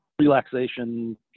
relaxation